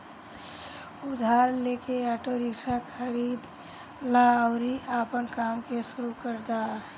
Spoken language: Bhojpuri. उधार लेके आटो रिक्शा खरीद लअ अउरी आपन काम के शुरू कर दअ